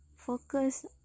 Focus